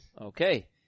Okay